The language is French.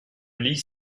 lys